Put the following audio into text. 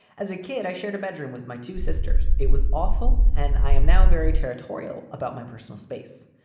as a kid, i shared a bedroom with my two sisters. it was awful and i am now very territorial about my personal space.